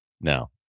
now